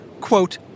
quote